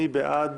מי בעד